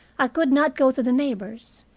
i could not go to the neighbors.